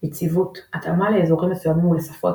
יציבות, התאמה לאזורים מסוימים ולשפות,